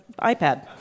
iPad